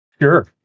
sure